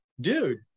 dude